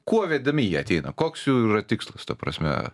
kuo vedami jie ateina koks jų yra tikslas ta prasme